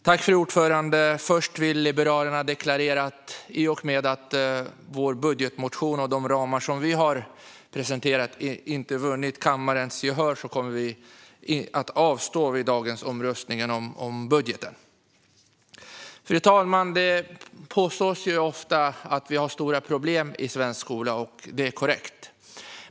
Fru talman! Först vill vi från Liberalerna deklarera att i och med att vår budgetmotion och de ramar som vi har presenterat inte har vunnit kammarens gehör kommer vi att avstå vid dagens omröstning om budgeten. Fru talman! Det påstås ofta att vi har stora problem i svensk skola, och det är korrekt.